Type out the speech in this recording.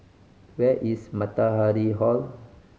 where is Matahari Hall